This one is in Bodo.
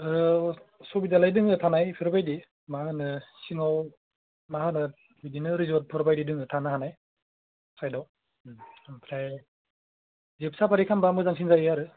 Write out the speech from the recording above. ओह सुबिदालाय दोङो थानाय बेफोरबादि मा होनो सिङाव मा होनो बिदिनो रिजर्टफोर बादि दोङो थानो हानाय साइदाव ओम ओमफ्राय जिप साफारि खालामबा मोजांसिन जायो आरो